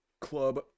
club